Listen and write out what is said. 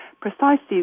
precisely